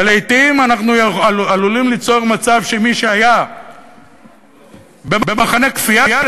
ולעתים אנחנו עלולים ליצור מצב שמי שהיה במחנה כפייה,